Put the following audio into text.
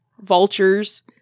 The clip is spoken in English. vultures